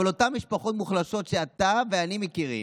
אבל אותן משפחות מוחלשות שאתה ואני מכירים,